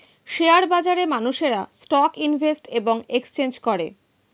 share বাজারে মানুষেরা stock invest এবং এক্সচেঞ্জ করে